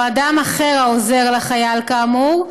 או אדם אחר העוזר לחייל כאמור,